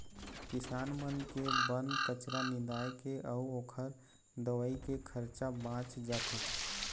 किसान मन के बन कचरा निंदाए के अउ ओखर दवई के खरचा बाच जाथे